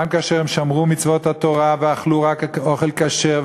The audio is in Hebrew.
גם כאשר הם שמרו מצוות התורה ואכלו רק אוכל כשר,